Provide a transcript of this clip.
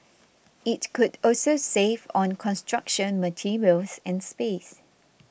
it could also save on construction materials and space